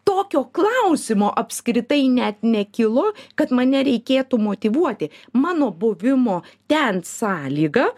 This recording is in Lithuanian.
tokio klausimo apskritai net nekilo kad mane reikėtų motyvuoti mano buvimo ten sąlyga